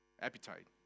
Appetite